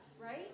right